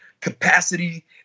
capacity